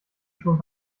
schon